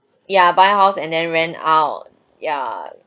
ya buy house and then rent out yeah